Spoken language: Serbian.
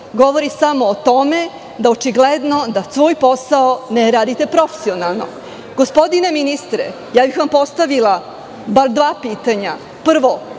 govori samo o tome da očigledno svoj posao ne radite profesionalno. Gospodine ministre, postavila bih vam bar dva pitanja. Prvo,